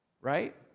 Right